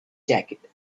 jacket